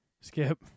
Skip